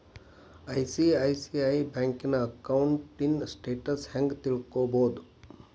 ICICI ಬ್ಯಂಕಿನ ಅಕೌಂಟಿನ್ status ಹೆಂಗ್ ತಿಳ್ಕೊಬೊದು?